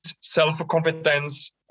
self-confidence